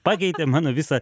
pakeitė mano visą